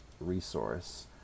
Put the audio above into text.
resource